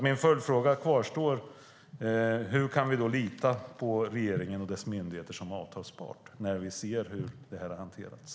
Min följdfråga kvarstår: Hur kan vi lita på regeringen och dess myndigheter som avtalspart när vi ser hur det här har hanterats?